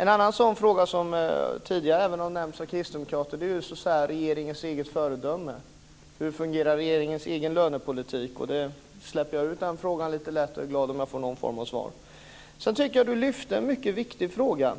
En annan fråga som tidigare har nämnts av kristdemokrater är regeringens eget föredöme, frågan om hur regeringens egen lönepolitik fungerar. Jag släpper ut den frågan lite lätt och är glad om jag får någon form av svar. Sedan tyckte jag att ministern lyfte upp en mycket viktig fråga.